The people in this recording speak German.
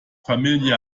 familie